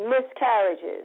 miscarriages